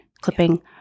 clipping